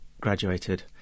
graduated